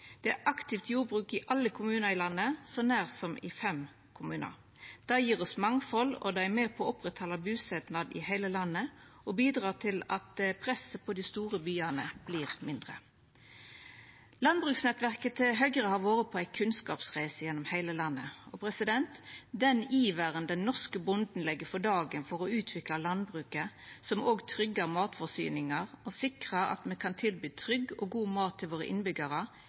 Det er aktivt jordbruk i alle kommunar i landet, så nær som i fem kommunar. Det gjev oss mangfald, er med på å oppretthalda busetnad i heile landet og bidreg til at presset på dei store byane vert mindre. Landbruksnettverket til Høgre har vore på ei kunnskapsreise gjennom heile landet. Den iveren den norske bonden legg for dagen for å utvikla landbruket, som òg tryggjer matforsyninga og sikrar at me kan tilby trygg og god mat til innbyggjarane våre,